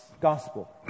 Gospel